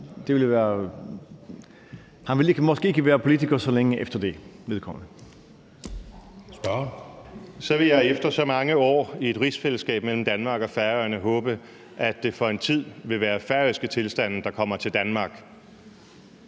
00:03 Morten Messerschmidt (DF): Så vil jeg efter så mange år i et rigsfællesskab mellem Danmark og Færøerne håbe, at det for en tid vil være færøske tilstande, der kommer til Danmark.